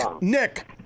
Nick